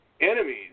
enemies